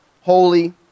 holy